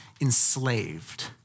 enslaved